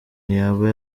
yaba